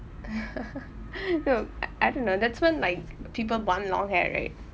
look I don't know that's when like people want long hair right